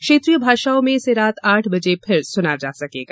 क्षेत्रीय भाषाओं में इसे रात आठ बजे फिर सुना जा सकेगा